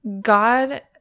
God